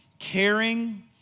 caring